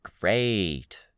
Great